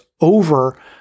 over